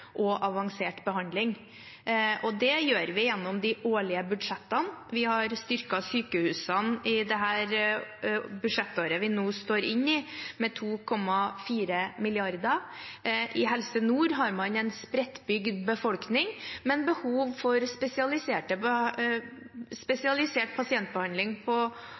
og avansert behandling. Det gjør vi gjennom de årlige budsjettene. Vi har styrket sykehusene i budsjettåret vi nå er i, med 2,4 mrd. kr. I Helse Nord har man en spredtbygd befolkning, men behov for spesialisert pasientbehandling